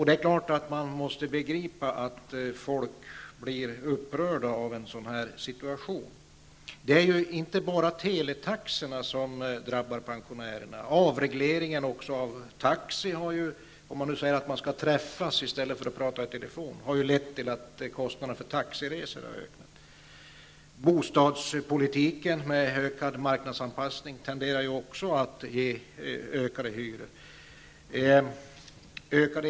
Det är klart att folk blir upprörda av en sådan förändring. Det är ju inte bara teletaxorna som drabbar pensionärerna. Också avregleringen av taxi -- om det nu anförs att man skall träffas i stället för att tala i telefon -- har lett till att kostanderna för taxiresor har ökat. Bostadspolitiken med ökad marknadsanpassning tenderar att leda till ökade hyreskostnader.